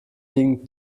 liegen